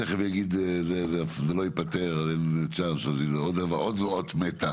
תכף יגיד שלום שזה לא ייפתר והאות היא אות מתה.